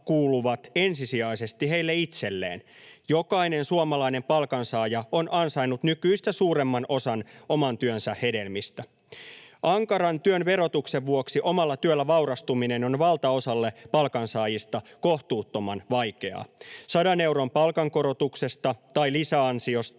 kuuluvat ensisijaisesti heille itselleen. Jokainen suomalainen palkansaaja on ansainnut nykyistä suuremman osan oman työnsä hedelmistä. Ankaran työn verotuksen vuoksi omalla työllä vaurastuminen on valtaosalle palkansaajista kohtuuttoman vaikeaa. 100 euron palkankorotuksesta tai lisäansiosta